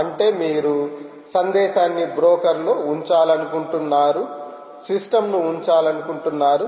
అంటే మీరు సందేశాన్ని బ్రోకర్ లో ఉంచాలనుకుంటున్నారు సిస్టమ్ ను ఉంచాలనుకుంటున్నారు